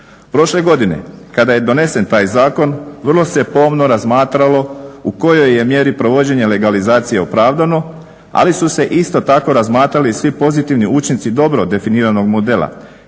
Prošle godine kada je donesen taj zakon vrlo se pomno razmatralo u kojoj je mjeri provođenje legalizacije opravdano, ali su se isto tako razmatrali svi pozitivni učinci dobro definiranog modela